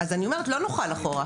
אני אומרת שלא נוכל אחורה.